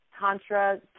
Tantra